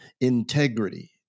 integrity